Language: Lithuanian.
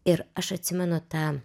ir aš atsimenu tą